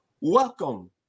Welcome